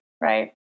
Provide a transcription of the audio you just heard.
right